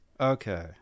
Okay